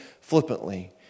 flippantly